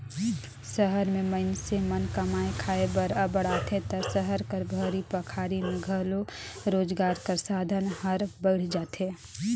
सहर में मइनसे मन कमाए खाए बर अब्बड़ आथें ता सहर कर घरी पखारी में घलो रोजगार कर साधन हर बइढ़ जाथे